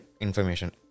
information